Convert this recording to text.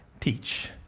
teach